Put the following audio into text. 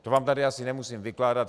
To vám tady asi nemusím vykládat.